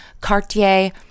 Cartier